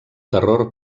terror